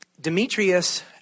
Demetrius